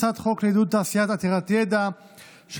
את הצעת חוק לעידוד תעשייה עתירת ידע של